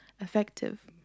effective